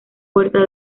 puerta